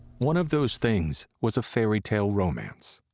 one of those things was a fairy tale romance.